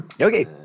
okay